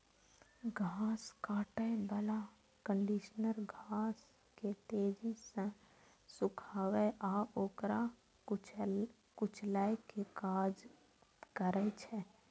घास काटै बला कंडीशनर घास के तेजी सं सुखाबै आ ओकरा कुचलै के काज करै छै